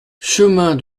chemin